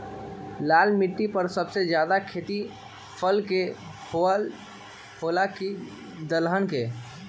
लाल मिट्टी पर सबसे ज्यादा खेती फल के होला की दलहन के?